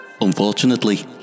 Unfortunately